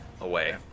away